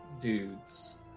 dudes